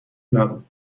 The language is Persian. نبود